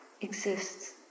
exists